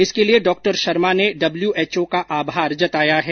इसके लिए डॉ शर्मा ने डब्ल्यू एच ओ का आभार जताया है